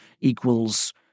equals